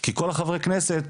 כי כל החברי כנסת,